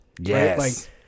yes